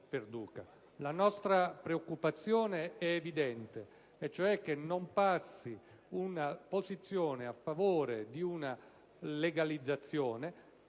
La nostra preoccupazione è evidente: non vorremmo che passasse una posizione a favore di una legalizzazione